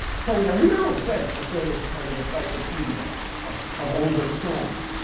so in a literal sense, the film is a kind of encyclopedia of older songs.